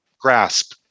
grasp